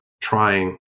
trying